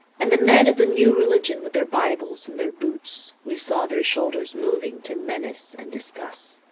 and the men of the new religion with their bibles in their boots, we saw their shoulders moving to menace and discuss.